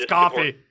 coffee